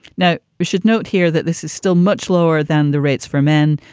now, we should note here that this is still much lower than the rates for men,